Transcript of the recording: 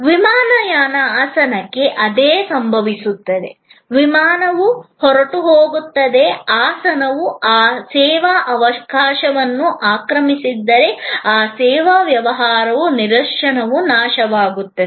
ವಿಮಾನಯಾನ ಆಸನಕ್ಕೆ ಅದೇ ಸಂಭವಿಸುತ್ತದೆ ವಿಮಾನವು ಹೊರಟುಹೋಗುತ್ತದೆ ಆಸನವು ಆ ಸೇವಾ ಅವಕಾಶವನ್ನು ಆಕ್ರಮಿಸದಿದ್ದರೆ ಆ ಸೇವಾ ವ್ಯವಹಾರ ನಿದರ್ಶನವು ನಾಶವಾಗುತ್ತದೆ